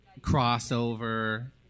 Crossover